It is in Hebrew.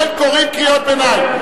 אין קוראים קריאות ביניים.